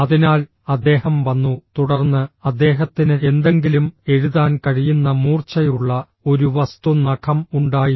അതിനാൽ അദ്ദേഹം വന്നു തുടർന്ന് അദ്ദേഹത്തിന് എന്തെങ്കിലും എഴുതാൻ കഴിയുന്ന മൂർച്ചയുള്ള ഒരു വസ്തു നഖം ഉണ്ടായിരുന്നു